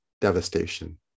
devastation